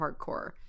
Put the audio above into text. hardcore